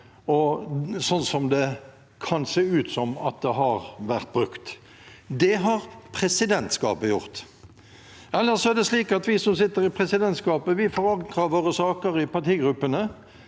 slik det kan se ut til at det har vært brukt. Det har presidentskapet gjort. Ellers er det slik at vi som sitter i presidentskapet, forankrer våre saker i partigruppene,